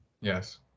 Yes